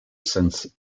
since